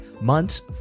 months